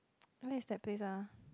where is that place ah